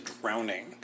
drowning